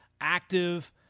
active